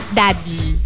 daddy